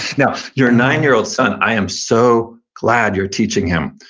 now, your nine-year-old son, i am so glad you're teaching him.